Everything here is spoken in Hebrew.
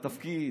לתפקיד,